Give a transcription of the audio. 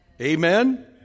Amen